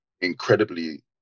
incredibly